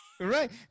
Right